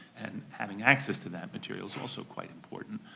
and having access to that material is also quite important.